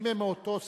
לימור לבנת,